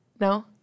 no